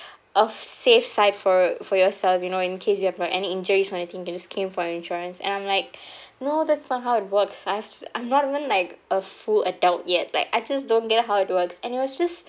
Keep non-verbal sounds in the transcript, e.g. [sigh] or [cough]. of safe side for for yourself you know in case you have uh any injuries or anything can just came for insurance and I'm like [breath] no that's not how it works I've s~ I'm not even like a full adult yet like I just don't get how it works and it was just